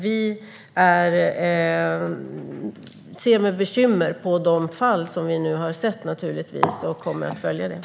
Vi ser med bekymmer på de fall som vi nu har sett, naturligtvis, och kommer att följa detta.